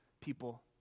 people